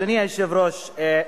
ראש הממשלה,